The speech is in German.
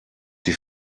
die